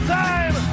time